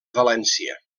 valència